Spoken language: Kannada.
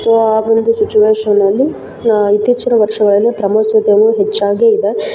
ಸೊ ಆವೊಂದು ಸಿಚುಯೇಷನಲ್ಲಿ ಇತ್ತೀಚಿನ ವರ್ಷಗಳಲ್ಲಿ ಪ್ರವಾಸೋದ್ಯಮವು ಹೆಚ್ಚಾಗೇ ಇದೆ